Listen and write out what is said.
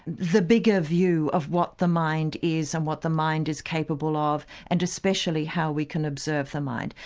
the bigger view of what the mind is and what the mind is capable of and especially how we can observe the mind.